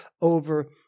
over